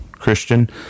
Christian